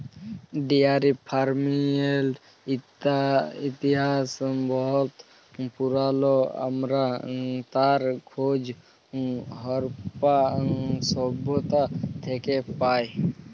dairy ফারমিংয়ের ইতিহাস বহুত পুরাল আমরা তার খোঁজ হরপ্পা সভ্যতা থ্যাকে পায়